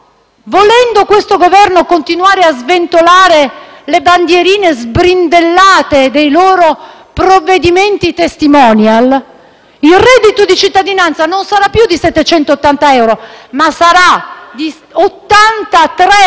Volendo questo Governo continuare a sventolare le bandierine sbrindellate dei loro provvedimenti *testimonial*, il reddito di cittadinanza non sarà più di 780 euro, ma sarà di 83 euro